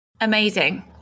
Amazing